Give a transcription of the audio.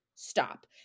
stop